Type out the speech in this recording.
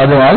അതിനാൽ